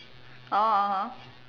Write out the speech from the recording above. oh (uh huh)